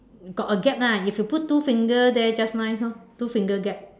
got a gap ah if you put two finger there just nice hor two finger gap